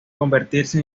convertirse